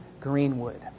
Greenwood